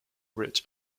rich